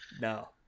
No